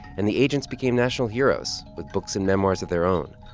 and the agents became national heroes with books and memoirs of their own.